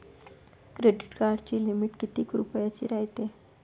Credit कार्डाची limit कितीक रुपयाची रायते?